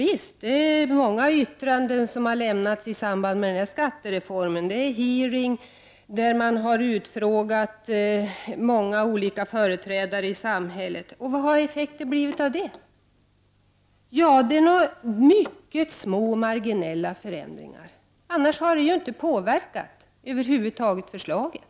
Visst har många yttranden lämnats i samband med förslaget, och man har haft förhör där man har utfrågat många olika företrädare i samhället. Men vad har effekten blivit? Mycket små marginella förändringar, för övrigt har det över huvud taget inte påverkat förslaget.